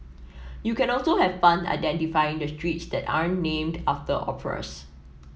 you can also have fun identifying the streets that aren't named after operas